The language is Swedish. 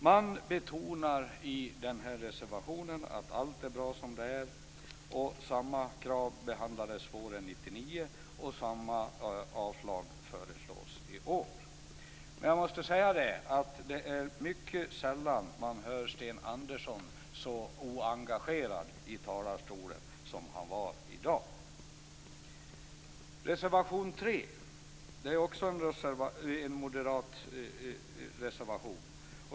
Man betonar i reservationen att allt är bra som det är, och samma krav behandlades våren 1999 och samma avslag föreslås i år. Det är mycket sällan man hör Sten Andersson så oengagerad i talarstolen som han var i dag. Reservation 3 är också en moderatreservation.